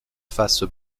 face